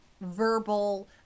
verbal